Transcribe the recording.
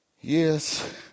yes